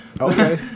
Okay